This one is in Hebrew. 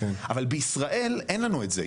אבל בישראל אין לנו את זה,